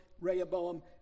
Rehoboam